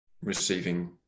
receiving